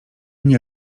nie